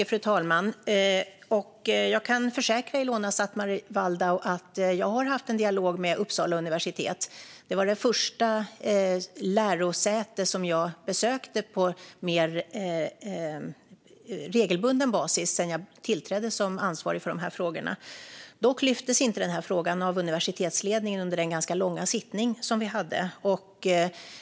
Fru talman! Jag kan försäkra Ilona Szatmari Waldau om att jag har haft en dialog med Uppsala universitet. Det var det första lärosäte som jag besökte på mer regelbunden basis sedan jag tillträdde som ansvarig för de här frågorna. Dock lyftes inte den här frågan av universitetsledningen under den ganska långa sittning vi hade.